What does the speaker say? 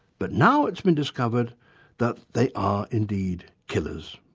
but now it's been discovered that they are indeed killers.